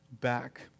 back